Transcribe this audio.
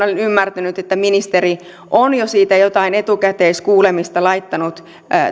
olen ymmärtänyt että ministeri on jo siitä jotain etukäteiskuulemista laittanut